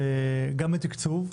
וגם לתקצוב,